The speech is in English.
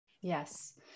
Yes